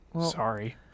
sorry